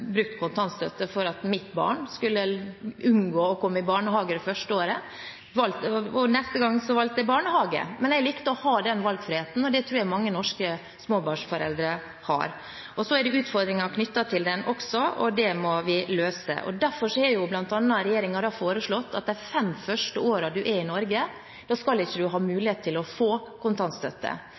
brukt kontantstøtte for at mitt barn skulle unngå å komme i barnehage det første året. Neste gang valgte jeg barnehage, men jeg likte å ha den valgfriheten, og det tror jeg mange norske småbarnsforeldre har. Så er det utfordringer knyttet til den også, og det må vi løse. Derfor har regjeringen bl.a. foreslått at de fem første årene man er i Norge, skal man ikke ha mulighet til å få kontantstøtte.